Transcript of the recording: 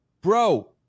bro